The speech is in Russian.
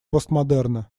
постмодерна